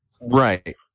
Right